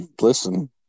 Listen